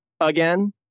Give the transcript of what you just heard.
again